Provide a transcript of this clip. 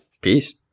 Peace